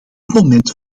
moment